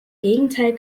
gegenteil